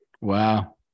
Wow